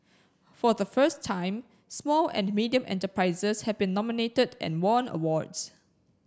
for the first time small and medium enterprises have been nominated and won awards